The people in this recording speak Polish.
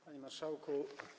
Panie Marszałku!